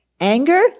Anger